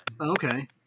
Okay